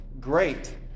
great